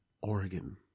Oregon